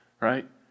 Right